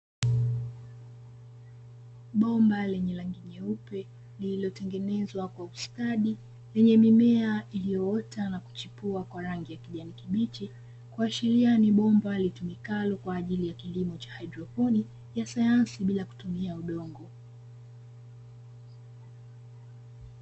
Bomba lenye rangi nyeupe lililotengenezwa kwa ustadi, lenye mimea iliyoota na kuchipua kwa rangi ya kijani kibichi, kuashiria ni bomba litumikalo kwa ajili ya kilimo cha hydroponi ya sayansi bila kutumia udongo.